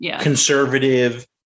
conservative